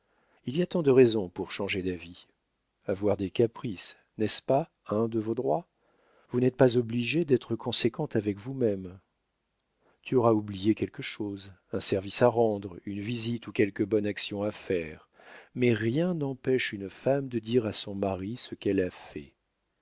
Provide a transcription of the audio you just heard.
il y a tant de raisons pour changer d'avis avoir des caprices n'est-ce pas un de vos droits vous n'êtes pas obligées d'être conséquentes avec vous-mêmes tu auras oublié quelque chose un service à rendre une visite ou quelque bonne action à faire mais rien n'empêche une femme de dire à son mari ce qu'elle a fait